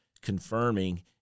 confirming